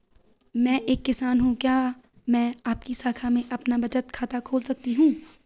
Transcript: मैं एक किसान हूँ क्या मैं आपकी शाखा में अपना बचत खाता खोल सकती हूँ?